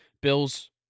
Bills